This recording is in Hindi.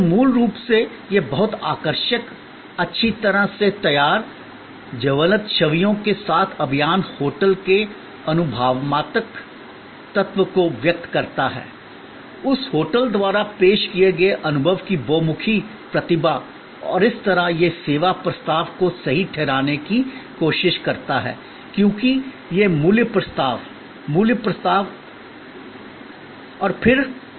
तो मूल रूप से यह बहुत आकर्षक अच्छी तरह से तैयार ज्वलंत छवियों के साथ अभियान होटल के अनुभवात्मक तत्व को व्यक्त करता है उस होटल द्वारा पेश किए गए अनुभव की बहुमुखी प्रतिभा और इस तरह यह सेवा प्रस्ताव को सही ठहराने की कोशिश करता है क्योंकि यह मूल्य प्रस्ताव मूल्य प्रस्ताव और इसी तरह है